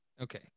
Okay